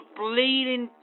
bleeding